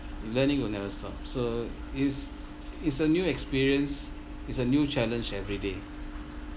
learning will never stop so it's it's a new experience it's a new challenge everyday